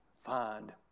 find